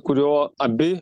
kurio abi